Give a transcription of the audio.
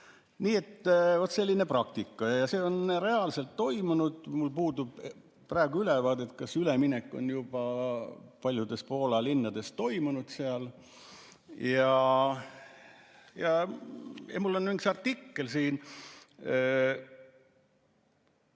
Nii et vot selline praktika, ja see on reaalselt toimunud. Mul puudub praegu ülevaade, kas üleminek on juba paljudes Poola linnades toimunud. Mul on üks artikkel siin,